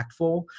impactful